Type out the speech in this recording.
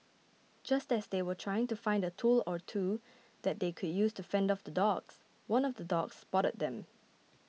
just as they were trying to find a tool or two that they could use to fend off the dogs one of the dogs spotted them